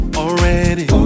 already